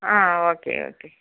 ah okay okay